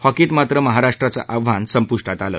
हॉकीत मात्र महाराष्टाचं आव्हान संपुष्टात आलं